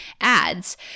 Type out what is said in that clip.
ads